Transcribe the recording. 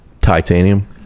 Titanium